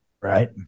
right